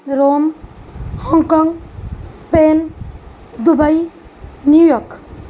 Rome Hong Kong Spain Dubai New York